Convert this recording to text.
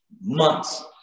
months